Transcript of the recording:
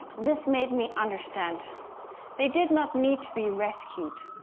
this made me understand they did not need to be rescued,